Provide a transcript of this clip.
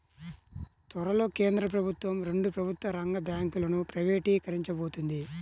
త్వరలో కేంద్ర ప్రభుత్వం రెండు ప్రభుత్వ రంగ బ్యాంకులను ప్రైవేటీకరించబోతోంది